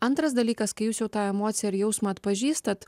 antras dalykas kai jūs jau tą emociją ir jausmą atpažįstat